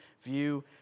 view